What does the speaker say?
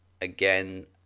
again